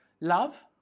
Love